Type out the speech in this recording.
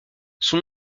son